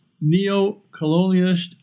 neo-colonialist